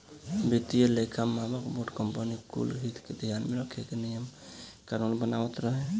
वित्तीय लेखा मानक बोर्ड कंपनी कुल के हित के ध्यान में रख के नियम कानून बनावत बाटे